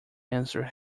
answer